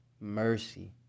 mercy